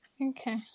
okay